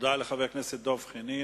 תודה לחבר הכנסת דב חנין.